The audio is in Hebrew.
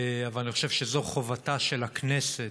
אבל אני חושב שזו חובתה של הכנסת,